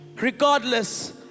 regardless